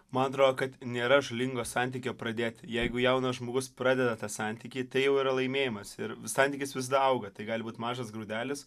man atrodo kad nėra žalingo santykio pradėti jeigu jaunas žmogus pradeda tą santykį tai jau yra laimėjimas ir vis santykis visada auga tai gali būt mažas grūdelis